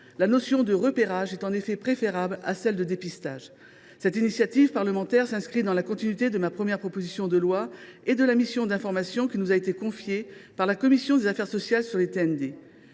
la notion de « repérage » est en effet préférable à celle de « dépistage ». Cette initiative parlementaire s’inscrit dans la continuité de ma première proposition de loi et de la mission d’information qui nous a été confiée par la commission des affaires sociales sur les